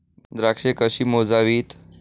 द्राक्षे कशी मोजावीत?